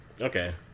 Okay